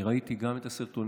אני ראיתי גם את הסרטונים.